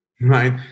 right